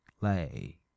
lay